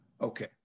okay